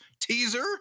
Teaser